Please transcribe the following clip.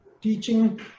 teaching